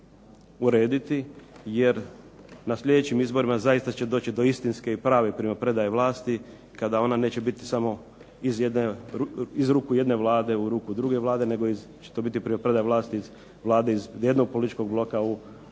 urediti jer na sljedećim izborima zaista će doći do istinske i prave primopredaje vlasti kada ona neće biti samo iz ruku jedne Vlade u ruku druge Vlade, nego će to biti primopredaja vlasti iz Vlade jednog političkog bloka u Vladi